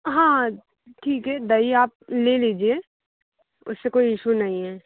हाँ ठीक है दही आप ले लीजिए उससे कोई ईशू नहीं है